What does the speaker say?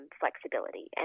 flexibility